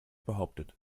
behauptet